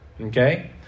Okay